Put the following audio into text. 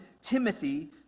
Timothy